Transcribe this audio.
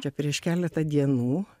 čia prieš keletą dienų